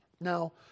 Now